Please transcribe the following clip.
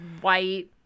white